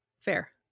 fair